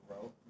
grow